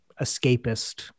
escapist